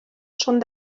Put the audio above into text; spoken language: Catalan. són